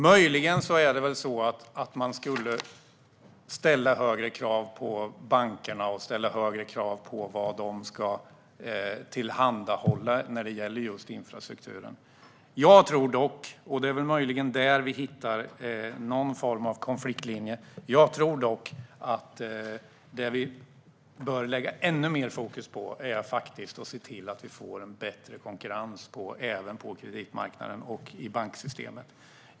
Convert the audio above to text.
Möjligen skulle man ställa högre krav på bankerna och ställa högre krav på vad de ska tillhandahålla när det gäller just infrastrukturen. Jag tror dock - det är möjligen där vi hittar någon form av konfliktlinje - att det vi bör lägga ännu mer fokus på är att se till att vi får en bättre konkurrens även på kreditmarknaden och i banksystemet.